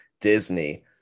Disney